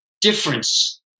difference